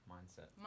Mindset